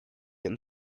and